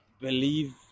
believe